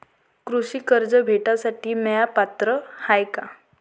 कृषी कर्ज भेटासाठी म्या पात्र हाय का?